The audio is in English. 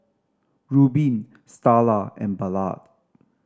Rubin Starla and Ballard